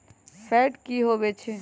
Fat की होवछै?